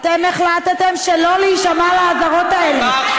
אתם החלטתם שלא להישמע לאזהרות האלה, הוא